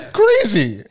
crazy